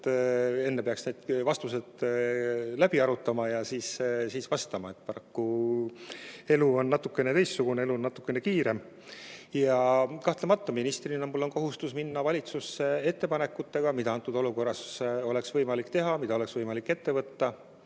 enne peaks vastused läbi arutama ja siis vastama. Paraku elu on natukene teistsugune, elu on natukene kiirem. Kahtlemata on mul ministrina kohustus minna valitsusse ettepanekutega, mida antud olukorras oleks võimalik teha, mida oleks võimalik ette võtta,